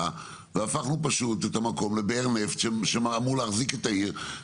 הפכנו את המקום לבאר נפט שאמורה להחזיק את העיר.